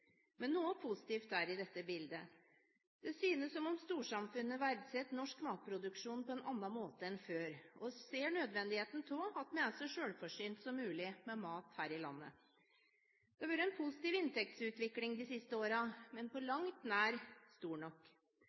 Men noe positivt er det i dette bildet: Det synes som om storsamfunnet verdsetter norsk matproduksjon på en annen måte enn før og ser nødvendigheten av at vi er så selvforsynt som mulig med mat her i landet. Det har vært en positiv inntektsutvikling de siste årene, men på langt nær stor nok.